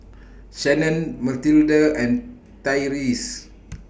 Shannon Mathilde and Tyreese